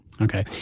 Okay